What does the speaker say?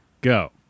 go